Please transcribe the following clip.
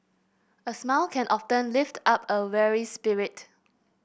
a smile can often lift up a weary spirit